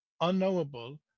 unknowable